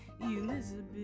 Elizabeth